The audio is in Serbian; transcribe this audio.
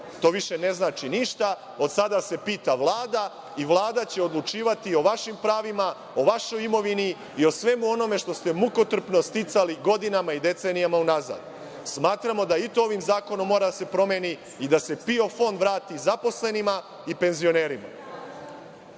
to više ne znači ništa, od sada se pita Vlada i Vlada će odlučivati o vašim pravima, o vašoj imovini i o svemu onome što ste mukotrpno sticali godinama i decenijama unazad. Smatramo da i to ovim zakonom mora da se promeni i da se PIO fond vrati zaposlenima i penzionerima.